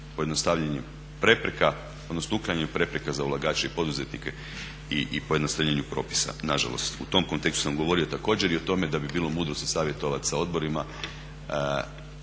pojednostavljenju prepreka, odnosno uklanjanju prepreka za ulagače i poduzetnike i pojednostavljenju propisa. Na žalost u tom kontekstu sam govorio također i o tome da bi bilo mudro se savjetovati sa odborima